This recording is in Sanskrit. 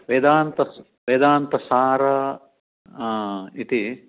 वेदान्तं वेदान्तसारः इति